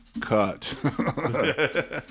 Cut